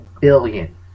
billion